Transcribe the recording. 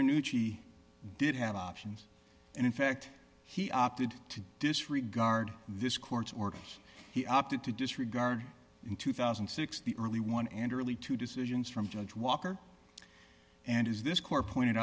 nucci did have options and in fact he opted to disregard this court's orders he opted to disregard in two thousand and six the early one and early two decisions from judge walker and is this core pointed